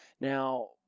Now